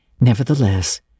Nevertheless